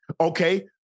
Okay